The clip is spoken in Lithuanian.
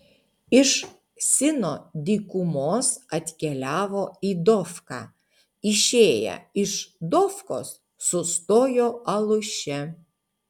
iš sino dykumos atkeliavo į dofką išėję iš dofkos sustojo aluše